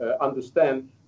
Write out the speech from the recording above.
understand